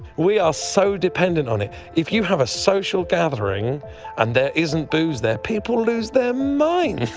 we are so dependent on it. if you have a social gathering and there isn't booze there, people lose their minds!